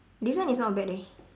design is not bad leh